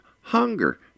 hunger